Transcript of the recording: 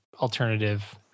alternative